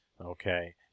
Okay